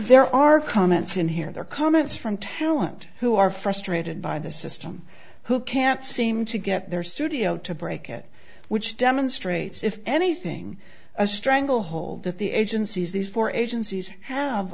there are comments in here there comments from talent who are frustrated by the system who can't seem to get their studio to break it which demonstrates if anything a stranglehold that the agencies these four agencies have